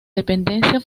dependencia